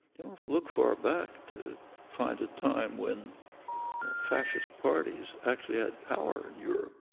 you don't have to look far back to find a time when fascist parties actually had power in europe.